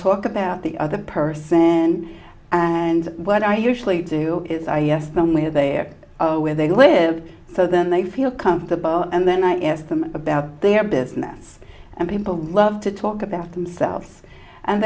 talk about the other person and and what i usually do is i asked them where they are where they live so then they feel comfortable and then i ask them about their business and people love to talk about themselves and